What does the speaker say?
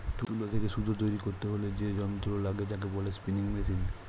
তুলো থেকে সুতো তৈরী করতে হলে যে যন্ত্র লাগে তাকে বলে স্পিনিং মেশিন